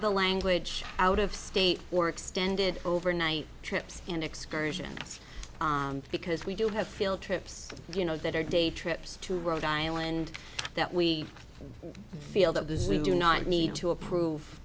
the language out of state or extended overnight trips and excursions because we do have field trips you know that are day trips to rhode island that we feel that this is we do not need to approve